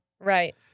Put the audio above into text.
Right